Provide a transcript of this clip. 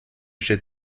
chez